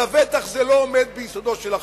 ולבטח זה לא עומד ביסודו של החוק.